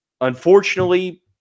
unfortunately